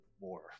more